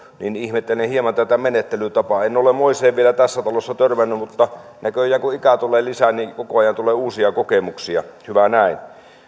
niin ihmettelen hieman tätä menettelytapaa en ole moiseen vielä tässä talossa törmännyt mutta näköjään kun ikää tulee lisää koko ajan tulee uusia kokemuksia hyvä näin